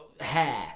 Hair